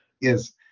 Yes